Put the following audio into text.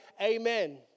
amen